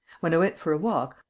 when i went for a walk,